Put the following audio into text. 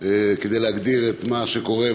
כדי להגדיר את מה שקורה,